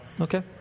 Okay